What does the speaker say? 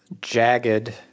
Jagged